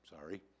sorry